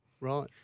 Right